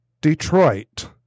Detroit